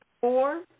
four